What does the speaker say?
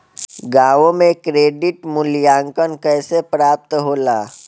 गांवों में क्रेडिट मूल्यांकन कैसे प्राप्त होला?